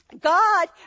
God